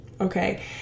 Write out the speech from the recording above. okay